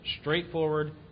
straightforward